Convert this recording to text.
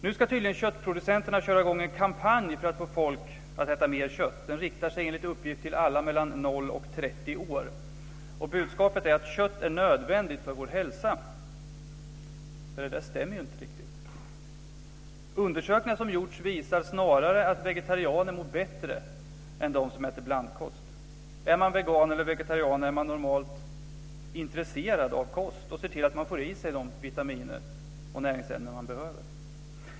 Nu ska tydligen köttproducenterna köra i gång en kampanj för att få folk att äta mer kött. Den riktar sig enligt uppgift till alla mellan 0 och 30 år. Budskapet är att kött är nödvändigt för vår hälsa. Men det stämmer ju inte riktigt. Undersökningar som gjorts visar snarare att vegetarianer mår bättre än de som äter blandkost. Om man är vegan eller vegetarian är man normalt intresserad av kost och ser till att man får i sig de vitaminer och näringsämnen man behöver.